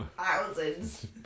thousands